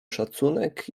szacunek